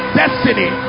destiny